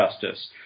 justice